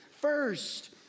first